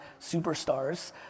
superstars